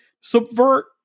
subvert